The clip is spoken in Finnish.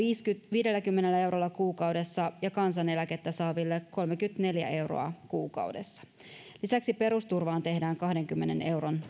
viidelläkymmenellä eurolla kuukaudessa ja kansaneläkettä saaville kolmekymmentäneljä euroa kuukaudessa lisäksi perusturvaan tehdään kahdenkymmenen euron